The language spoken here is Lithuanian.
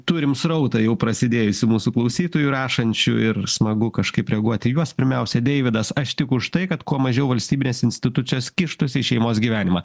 turim srautą jau prasidėjusį mūsų klausytojų rašančių ir smagu kažkaip reaguoti į juos pirmiausia deividas aš tik už tai kad kuo mažiau valstybinės institucijas kištųsi į šeimos gyvenimą